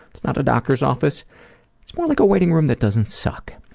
it's not a doctor's office. it's more like a waiting room that doesn't suck.